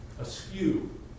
askew